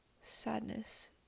sadness